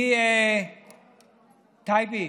אני, טייבי,